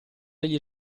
degli